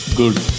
good